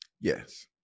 Yes